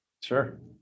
sure